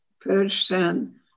person